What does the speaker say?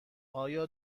آیا